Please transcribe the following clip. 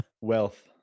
Wealth